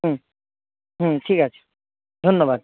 হুম হুম ঠিক আছে ধন্যবাদ